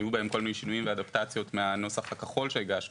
היו בהם כל מיני שינויים ואדפטציות מהנוסח הכחול שהגשנו,